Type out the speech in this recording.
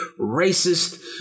racist